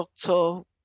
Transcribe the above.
doctor